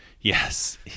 Yes